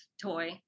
toy